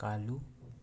ꯀꯥꯜꯂꯨ